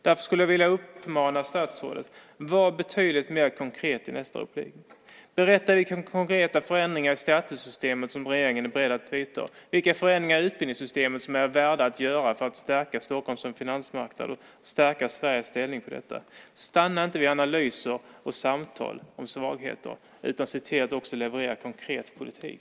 Därför skulle jag vilja uppmana statsrådet att vara betydligt mer konkret i nästa inlägg. Berätta vilka konkreta förändringar i skattesystemet som regeringen är beredd att göra, vilka förändringar i utbildningssystemet som är värda att göra för att stärka Stockholm som finansmarknad och stärka Sveriges ställning. Stanna inte vid analyser och samtal om svagheter utan se till att också leverera konkret politik.